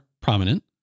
prominent